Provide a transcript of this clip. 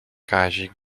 kazik